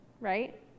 right